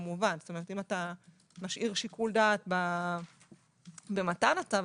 כלומר אם אתה משאיר שיקול דעת במתן הצו,